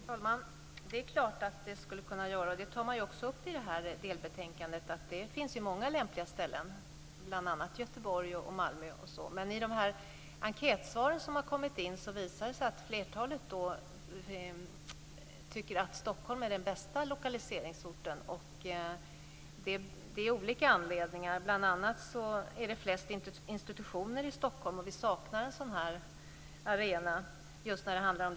Herr talman! Det är klart att det skulle kunna ske. Man pekar i delbetänkandet också på att det finns många lämpliga ställen för detta, bl.a. Göteborg och Malmö. I de enkätsvar som har kommit in visar det sig dock att flertalet tycker att Stockholm är den bästa lokaliseringsorten. Det finns olika anledningar till detta. Bl.a. finns det flest institutioner i Stockholm, och vi saknar en sådan här arena just för design.